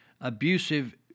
abusive